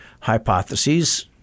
hypotheses